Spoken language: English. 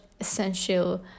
essential